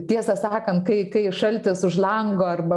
tiesą sakant kai kai šaltis už lango arba